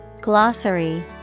Glossary